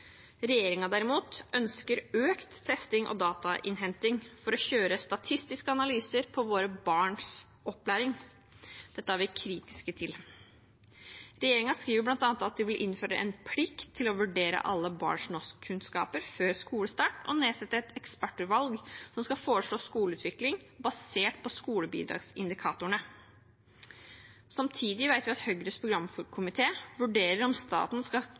derimot ønsker økt testing og datainnhenting for å kjøre statistiske analyser på våre barns opplæring. Dette er vi kritiske til. Regjeringen skriver bl.a. at de vil innføre en plikt til å vurdere alle barns norskkunnskaper før skolestart og nedsette et ekspertutvalg som skal foreslå skoleutvikling basert på skolebidragsindikatorene. Samtidig vet vi at Høyres programkomité vurderer om staten skal